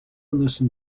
listen